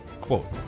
Quote